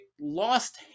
lost